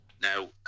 Now